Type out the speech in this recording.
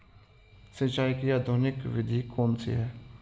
सिंचाई की आधुनिक विधि कौन सी है?